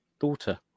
daughter